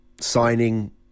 signing